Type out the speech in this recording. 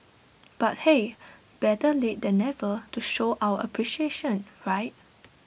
but hey better late than never to show our appreciation right